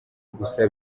gusa